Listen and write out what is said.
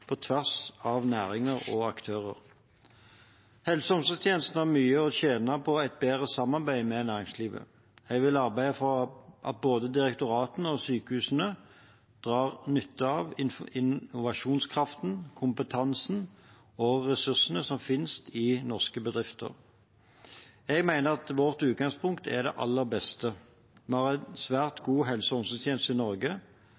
på tvers av næringer og aktører. Helse- og omsorgstjenesten har mye å tjene på et bedre samarbeid med næringslivet. Jeg vil arbeide for at både direktoratene og sykehusene drar nytte av innovasjonskraften, kompetansen og ressursene som finnes i norske bedrifter. Jeg mener at vårt utgangspunkt er det aller beste. Vi har en svært god helse- og omsorgstjeneste i Norge